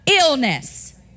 Illness